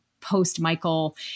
post-Michael